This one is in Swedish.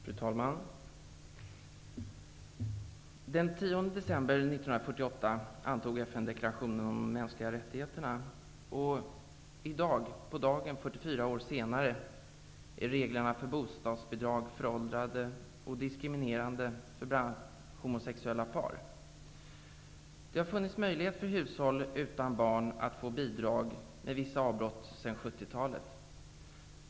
Fru talman! Den 10 december 1948 antog FN deklarationen om de mänskliga rättigheterna, och i dag, på dagen 44 år senare, är reglerna för bostadsbidrag föråldrade och diskriminerande för bl.a. homosexuella par. Det har funnits möjlighet för hushåll utan barn att få bidrag, med vissa avbrott, sedan 70-talet.